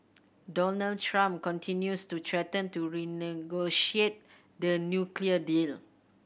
Donald Trump continues to threaten to renegotiate the nuclear deal